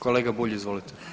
Kolega Bulj, izvolite.